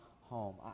home